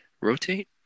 rotate